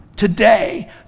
Today